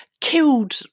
killed